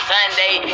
Sunday